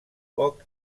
poc